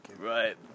Right